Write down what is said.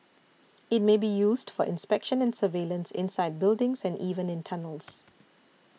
it may be used for inspection and surveillance inside buildings and even in tunnels